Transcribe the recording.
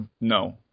no